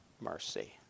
mercy